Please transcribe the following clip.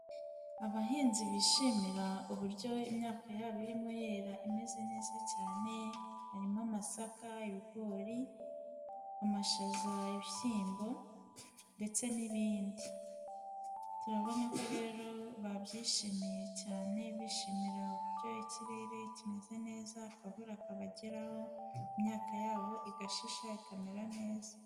Abahinzi bishimira uburyo imyaka yabo irimo yera, imeze neza cyane, harimo amasaka, ibigori, amashaza, ibishyimbo ndetse n'ibindi, turabona ko rero babyishimiye cyane, bishimira uburyo ikirere kimeze neza, akavura kabageraho, imyaka yabo igashisha ikamera neza.